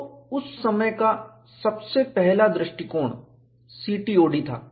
तो उस समय का सबसे पहला दृष्टिकोण CTOD था